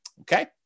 Okay